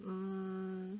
mm